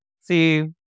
see